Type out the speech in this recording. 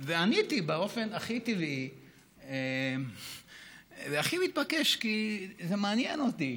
ועניתי באופן הכי טבעי והכי מתבקש: כי זה מעניין אותי.